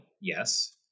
yes